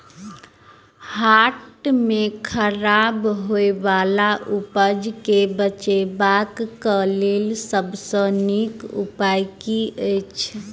हाट मे खराब होय बला उपज केँ बेचबाक क लेल सबसँ नीक उपाय की अछि?